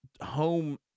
home